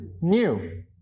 new